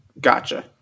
Gotcha